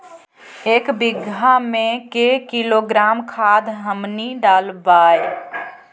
एक बीघा मे के किलोग्राम खाद हमनि डालबाय?